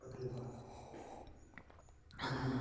ᱯᱟᱹᱛᱭᱟᱹᱜᱼᱟ ᱠᱟᱹᱢᱤ